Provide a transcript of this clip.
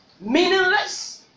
meaningless